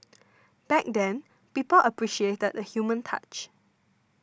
back then people appreciated the human touch